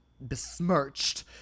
besmirched